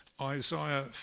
Isaiah